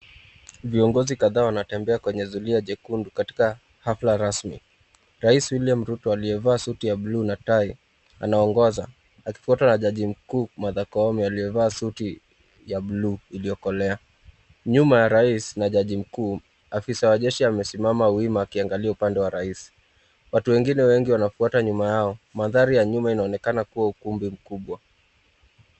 Viongozi kadhaa wanatembea kwenye zulia jekundu katika hafla rasmi. Rais Wiliam Ruto aliyevaa suti ya bluu na tai, anaongoza, akifuatwa na jaji mkuu Martha Koome aliyevaa suti ya buluu iliyokolea. Nyuma ya rais na jaji mkuu, afisa wa jeshi amesimama wima akiangalia upande wa rais. Watu wengine wengi wanafuata nyuma yao. Mandhari ya nyuma inaonekana kuwa ukumbi mkubwa.